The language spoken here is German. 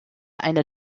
einer